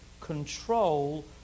control